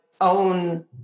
own